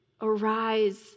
Arise